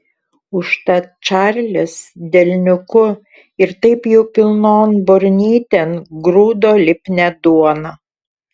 užtat čarlis delniuku ir taip jau pilnon burnytėn grūdo lipnią duoną